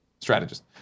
strategist